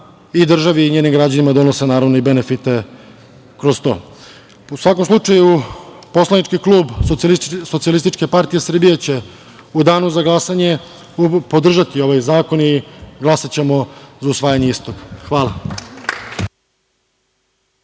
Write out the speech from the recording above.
i državi i njenim građanima donose naravno i benefite kroz to.U svakom slučaju, Poslanički klub SPS će u danu za glasanje podržati ovaj zakon i glasaćemo za usvajanje istog. Hvala.